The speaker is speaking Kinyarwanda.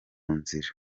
nzira